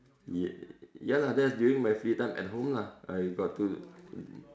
yes ya lah that's during my free time at home lah I got to